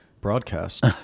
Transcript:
broadcast